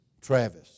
Travis